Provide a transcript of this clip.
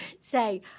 say